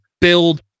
build